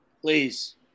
Please